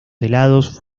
helados